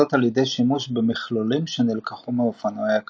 וזאת על ידי שימוש במכלולים שנלקחו מאופנועי כביש.